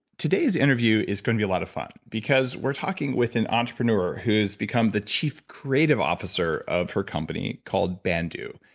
today's interview is going to be a lot of fun because we're talking with an entrepreneur, who has become the chief creative officer of her company, called ban do.